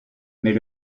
mais